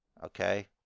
okay